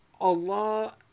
Allah